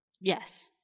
Yes